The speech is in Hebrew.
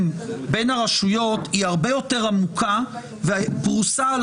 בין הרשויות היא הרבה יותר עמוקה ופרוסה.